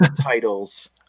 titles